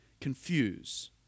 confuse